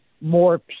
more